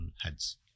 heads